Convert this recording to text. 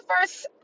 first